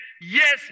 yes